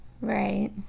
Right